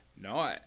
No